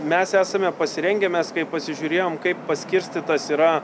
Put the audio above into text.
mes esame pasirengę mes kaip pasižiūrėjom kaip paskirstytas yra